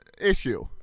issue